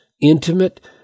intimate